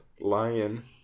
Lion